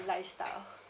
lifestyle